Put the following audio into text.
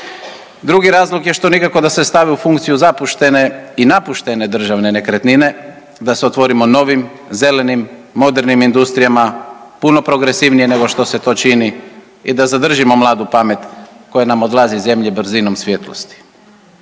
Drugi razlog je što nikako da se stavi u funkciju zapuštene i napuštene državne nekretnine, da se otvorimo novim zelenim, modernim industrijama puno progresivnije nego što se to čini i da zadržimo mladu pamet koja nam odlazi iz zemlje brzinom svjetlosti.